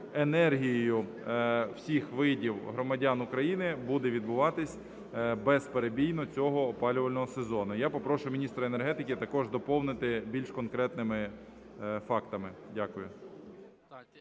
енергією всіх видів громадян України буде відбуватись безперебійно цього опалювального сезону. Я попрошу міністра енергетики також доповнити більш конкретними фактами. Дякую.